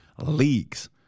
leagues